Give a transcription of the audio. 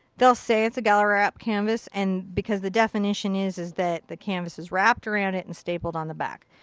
they'll say it's a gallery wrap canvas, and because the definition is is that the canvas is wrapped around it and stapled on the back.